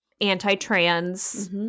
anti-trans